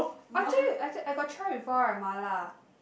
I told you I t~ I got try before right mala